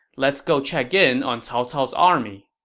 let's go check in on cao cao's army.